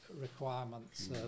requirements